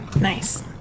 Nice